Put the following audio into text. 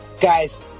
Guys